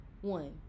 one